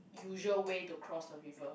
usual way to cross the river